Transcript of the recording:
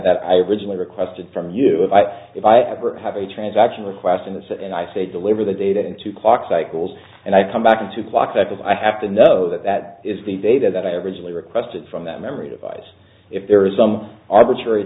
that i originally requested from you if i if i ever have a transaction request in this and i say deliver the data into clock cycles and i come back into clock cycles i have to know that that is the data that i have originally requested from that memory device if there is some arbitrary